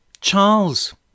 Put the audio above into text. Charles